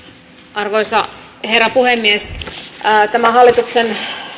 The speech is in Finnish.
arvoisa herra puhemies tämä hallituksen